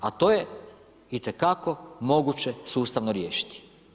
A to je itekako moguće sustavno riješiti.